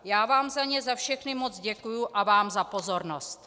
Já vám za ně za všechny moc děkuji a vám za pozornost.